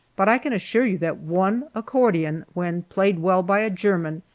but i can assure you that one accordion, when played well by a german,